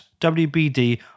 WBD